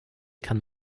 kann